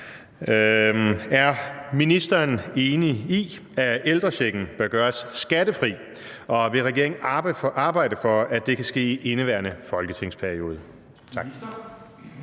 Er ministeren enig i, at ældrechecken bør gøres skattefri, og vil regeringen arbejde for, at det kan ske i indeværende folketingsperiode? Kl.